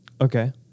Okay